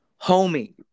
Homie